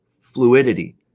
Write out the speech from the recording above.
fluidity